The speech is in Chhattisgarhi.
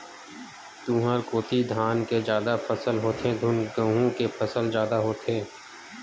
तुँहर कोती धान के जादा फसल होथे धुन गहूँ के फसल जादा होथे?